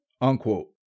unquote